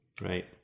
right